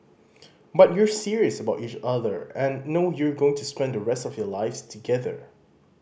but you're serious about each other and know you're going to spend the rest of your lives together